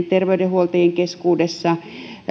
terveydenhuoltajien keskuudessa